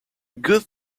good